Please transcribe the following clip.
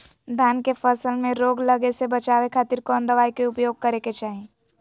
धान के फसल मैं रोग लगे से बचावे खातिर कौन दवाई के उपयोग करें क्या चाहि?